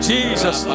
Jesus